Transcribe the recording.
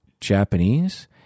Japanese